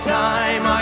time